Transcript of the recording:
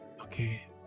Okay